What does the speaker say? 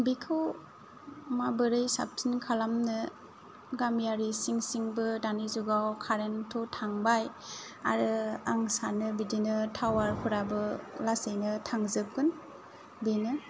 बेखौ माबोरै साबसिन खालामनो गामियारि सिं सिंबो दानि जुगाव कारेन्ट थ' थांबाय आरो आं सानो बिदिनो टावार फ्राबो लासैनो थांजोबगोन बेनो